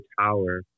tower